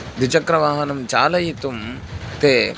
द्विचक्रवाहनं चालयितुं ते